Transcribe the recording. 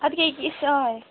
اَدٕ کے یہِ کہِ أسۍ آے